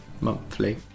Monthly